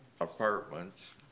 apartments